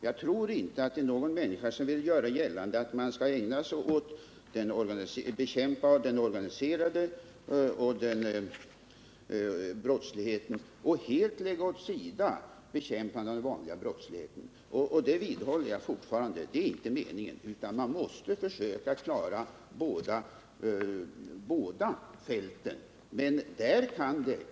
Jag tror inte att någon människa vill göra gällande att man skall bara ägna sig åt att bekämpa den organiserade ekonomiska brottsligheten och helt lägga åt sidan bekämpandet av den vanliga brottsligheten. Detta vidhåller jag fortfarande; det är inte meningen, utan man måste försöka klara båda fälten.